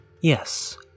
Yes